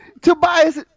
Tobias